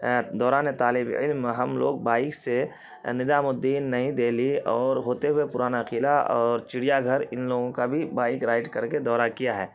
دوران طالب علم ہم لوگ بائک سے نظام الدین نئی دہلی اور ہوتے ہوئے پرانا قلعہ اور چڑیا گھر ان لوگوں کا بھی بائک رائڈ کر کے دورہ کیا ہے